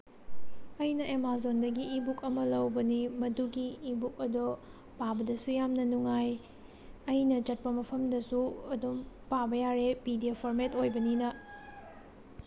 ꯑꯩꯅ ꯑꯦꯃꯥꯖꯣꯟꯗꯒꯤ e book ꯑꯃ ꯂꯧꯕꯅꯤ ꯃꯗꯨꯒꯤ ꯏ ꯕꯨꯛ ꯑꯗꯣ ꯄꯥꯕꯗꯁꯨ ꯌꯥꯝꯅ ꯅꯨꯡꯉꯥꯏ ꯑꯩꯅ ꯆꯠꯄ ꯃꯐꯝꯗꯁꯨ ꯑꯗꯨꯝ ꯄꯥꯕ ꯌꯥꯔꯦ ꯄꯤ ꯗꯤ ꯑꯦꯐ ꯐꯣꯔꯃꯦꯠ ꯑꯣꯏꯕꯅꯤꯅ